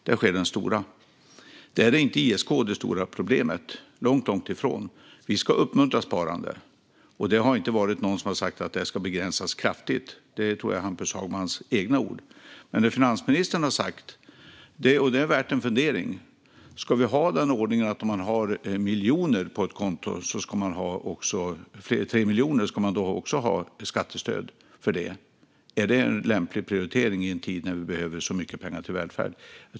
Här är ISK långt ifrån det stora problemet, och vi ska uppmuntra sparande. Ingen har sagt att detta ska begränsas kraftigt, utan det är nog Hampus Hagmans egna ord. Det finansministern har sagt och som är värt att fundera på är om vi ska ha en ordning där den som har 3 miljoner på sitt konto också ska ha skattestöd. Är det en lämplig prioritering i en tid då vi behöver mycket pengar till välfärden?